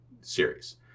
series